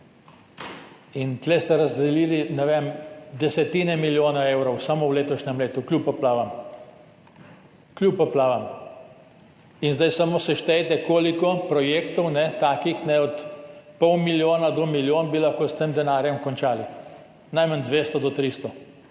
In tu ste razdelili, ne vem, desetine milijonov evrov samo v letošnjem letu, kljub poplavam. Kljub poplavam. In zdaj samo seštejte, koliko projektov, takih od pol milijona do milijon bi lahko s tem denarjem končali. Najmanj 200 do 300